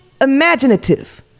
imaginative